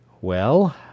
Well